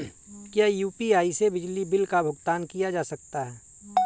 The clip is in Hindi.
क्या यू.पी.आई से बिजली बिल का भुगतान किया जा सकता है?